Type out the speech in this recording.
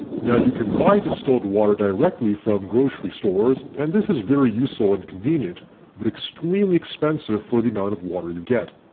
now you can buy distilled water directly from grocery stores and this is very useful and convenient but extremely expensive for the amount of water you get.